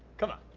come on.